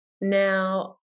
Now